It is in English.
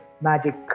magic